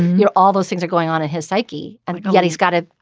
you're all those things are going on in his psyche and yet he's got it.